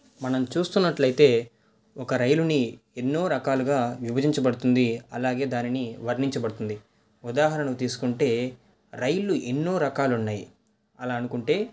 మనం చూస్తున్నట్లయితే ఒక రైలుని ఎన్నో రకాలుగా విభజించబడుతుంది అలాగే దానిని వర్ణించబడుతుంది ఉదాహరణకి తీసుకుంటే రైళ్లు ఎన్నో రకాలు ఉన్నాయి అలా అనుకుంటే